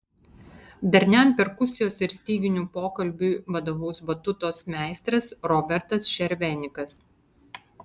darniam perkusijos ir styginių pokalbiui vadovaus batutos meistras robertas šervenikas